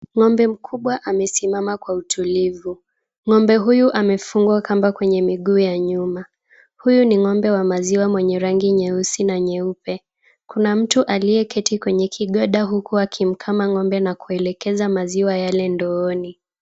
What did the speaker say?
Ng'ombe mkubwa amesimama kwa utulivu. Ng'ombe huyu amefungwa kamba kwenye miguu ya nyuma. Huyu ni ng'ombe wa maziwa mwenye rangi nyeusi na nyeupe. Kuna mtu aliyeketi kwenye kigoda huku akimkama ng'ombe na kuelekeza maziwa yale ndooni.